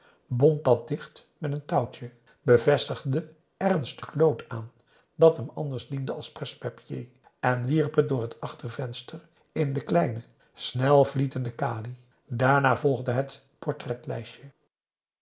bond dat dicht met n touwtje bevestigde er een stukje lood aan dat hem anders diende als presse-papier en wierp het door het achtervenster in de kleine snelvlietende kali daarna volgde het portretlijstje